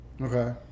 Okay